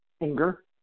anger